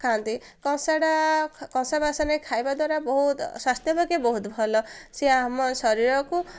ଖାଆନ୍ତି କଂସାଟା କଂସା ବାସନ ଖାଇବା ଦ୍ୱାରା ବହୁତ ସ୍ୱାସ୍ଥ୍ୟପକ୍ଷେ ବହୁତ ଭଲ ସିଏ ଆମ ଶରୀରକୁ